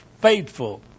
faithful